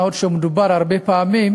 מה עוד שמדובר הרבה פעמים